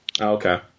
Okay